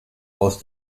aus